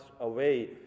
away